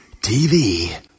TV